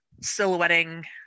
silhouetting